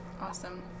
awesome